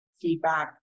feedback